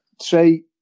Say